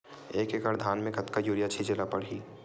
एक एकड़ धान में कतका यूरिया छिंचे ला लगही?